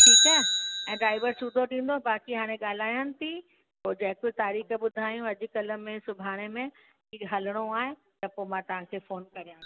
ठीकु आहे ऐं ड्राइवर सूदो ॾींदो बाक़ी हाणे ॻाल्हायान थी पोइ जेकी तारीख़ ॿुधायूं अॼकल्ह में सुभाणे में की हलिणो आहे त पोइ मां तव्हांखे फ़ोन करयां थू